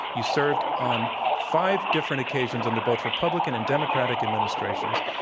you served on five different occasions under both republican and democratic administrations.